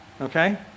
okay